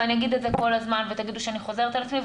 ואני אגיד את זה כל הזמן ותגידו שאני חוזרת על עצמי,